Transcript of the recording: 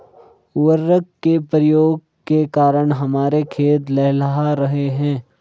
उर्वरक के प्रयोग के कारण हमारे खेत लहलहा रहे हैं